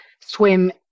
swim